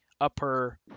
upper